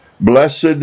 Blessed